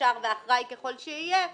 אחראי וישר ככל שיהיה,